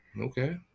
okay